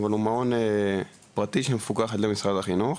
אבל הוא מעון פרטי שמפוקח על ידי משרד החינוך.